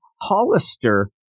Hollister